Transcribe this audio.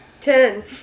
ten